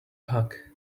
hug